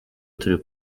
turi